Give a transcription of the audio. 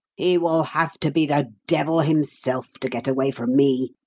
he will have to be the devil himself to get away from me!